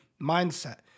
mindset